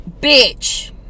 Bitch